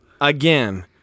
again